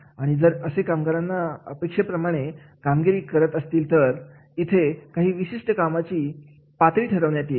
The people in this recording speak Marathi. आणि जर असे कामगार अपेक्षेप्रमाणे कामगिरी करत असतील तर इथे काही विशिष्ट कामाची पात्री ठरवण्यात येईल